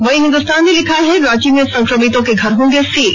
वहीं हिन्दुस्तान ने लिखा है रांची में संक्रमितों के घर होंगे सील